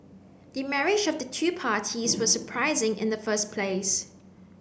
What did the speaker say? the marriage of the two parties was surprising in the first place